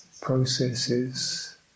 processes